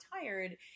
tired